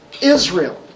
Israel